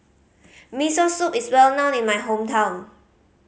Miso Soup is well known in my hometown